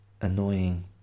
annoying